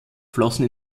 flossen